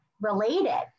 related